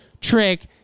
trick